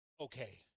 okay